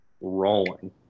rolling